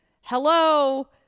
Hello